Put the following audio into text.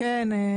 כן,